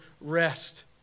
rest